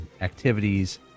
activities